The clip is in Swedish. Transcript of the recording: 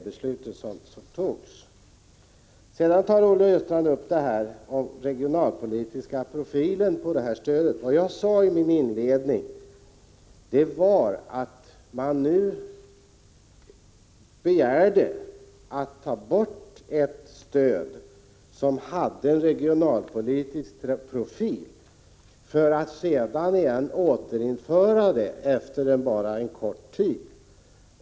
Olle Östrand tog också upp mina synpunkter beträffande den regionalpolitiska profilen på stödet. Det jag sade inledningsvis var att regeringen begärde att man skulle ta bort ett stöd som hade regionalpolitisk profil för att sedan återinföra det efter bara en kort tid.